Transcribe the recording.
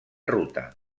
ruta